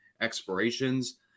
expirations